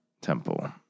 Temple